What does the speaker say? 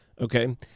Okay